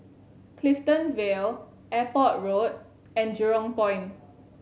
Clifton Vale Airport Road and Jurong Point